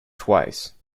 twice